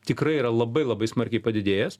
tikrai yra labai labai smarkiai padidėjęs